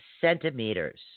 centimeters